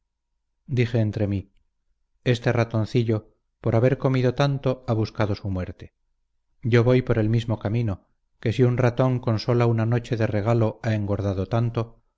dije entre mí este ratoncillo por haber comido tanto ha buscado su muerte yo voy por el mismo camino que si un ratón con sola una noche de regalo ha engordado tanto